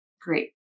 great